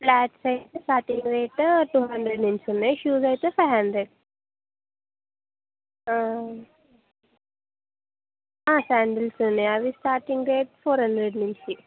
flats అయితే starting rate two hundred నుంచి ఉంది షూస్ అయితే ఫైవ్ హండ్రెడ్ శాండడిల్స్ ఉన్నా అవి స్టార్టింగ్ రేట్ ఫోర్ హండ్రెడ్ నుంచి